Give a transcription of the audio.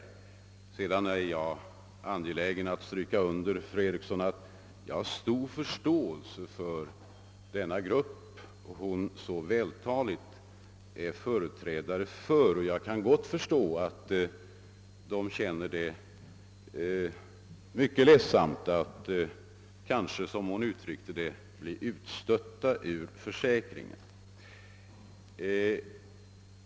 Jag är vidare, fru Eriksson, angelägen om att understryka att jag har stor förståelse för den grupp, som fru Eriksson företräder, och jag kan väl förstå att de kanske kan känna det så, såsom fru Eriksson uttryckte det, att de skulle vara utstötta ur försäkringen.